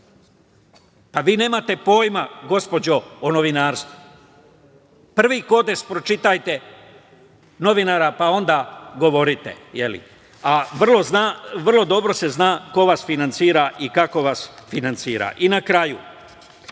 Vi nemate pojma, gospođo, o novinarstvu. Prvi kodeks pročitajte novinara pa onda govorite. Vrlo dobro se zna ko vas finansira i kako vas finansira. Na kraju,